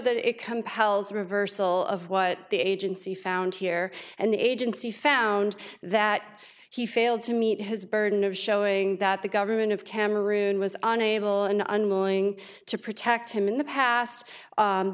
that it compels reversal of what the agency found here and the agency found that he failed to meet his burden of showing that the government of cameroon was unable and unwilling to protect him in the past